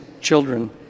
children